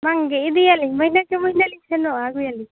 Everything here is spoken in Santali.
ᱵᱟᱝᱜᱮ ᱤᱫᱤᱭᱟᱞᱤᱧ ᱢᱟᱹᱱᱦᱟᱹ ᱠᱮ ᱢᱟᱹᱱᱦᱟᱹ ᱞᱤᱧ ᱥᱮᱱᱚᱜᱼᱟ ᱟᱹᱜᱩᱭᱟᱞᱤᱧ